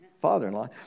father-in-law